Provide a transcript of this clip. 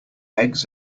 eggs